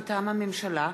מטעם הממשלה: